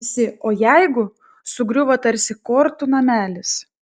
visi o jeigu sugriuvo tarsi kortų namelis